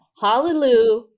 Hallelujah